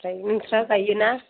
आमफ्राय नोंस्रा गायोना